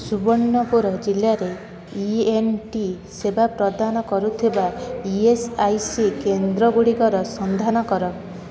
ସୁବର୍ଣ୍ଣପୁର ଜିଲ୍ଲାରେ ଇଏନ୍ଟି ସେବା ପ୍ରଦାନ କରୁଥିବା ଇଏସ୍ଆଇସି କେନ୍ଦ୍ରଗୁଡ଼ିକର ସନ୍ଧାନ କର